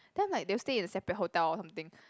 then I'm like they'll stay in a separate hotel or something